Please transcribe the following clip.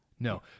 No